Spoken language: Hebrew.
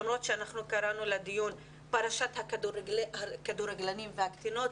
למרות שאנחנו קראנו לדיון: פרשת הכדורגלנים והקטינות,